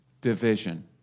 division